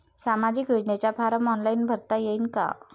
सामाजिक योजनेचा form online भरता येईन का?